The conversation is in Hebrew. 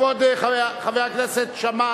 כבוד חבר הכנסת שאמה,